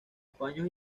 paños